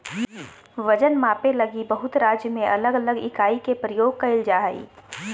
वजन मापे लगी बहुत राज्य में अलग अलग इकाई के प्रयोग कइल जा हइ